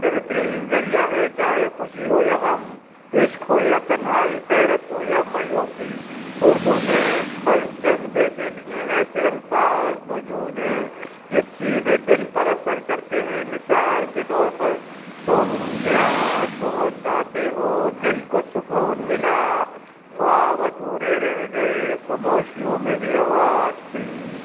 بہترین ذریعہ ہے چاہے خوشی ہو یا غم عشق ہو یا تنہائی حیرت ہو یا مایوسی اردو میں ہر جذبے کے لیے ایسے الفاظ موجود ہیں جو سیدھے دل پر اثر کرتے ہیں مثال کے طور پر تم یاد بہت آتے ہو دل کو سکون ملا خواب ادھورے رہ گئے خموشیوں میں بھی آواز تھی